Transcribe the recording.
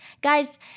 Guys